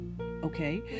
Okay